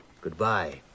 Goodbye